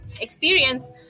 experience